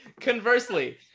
Conversely